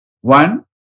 one